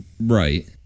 Right